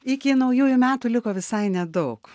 iki naujųjų metų liko visai nedaug